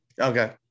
Okay